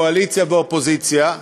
קואליציה ואופוזיציה.